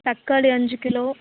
தக்காளி அஞ்சு கிலோ